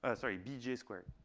ah sorry, bj squared.